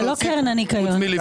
זה לא קרן הניקיון.